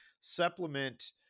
supplement